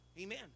Amen